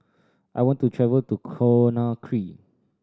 I want to travel to Conakry